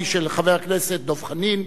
אחת היא של חבר הכנסת דב חנין,